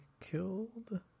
killed